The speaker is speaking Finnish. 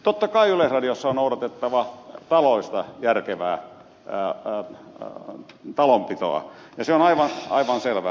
totta kai yleisradiossa on noudatettava taloudellista järkevää taloudenpitoa ja se on aivan selvä asia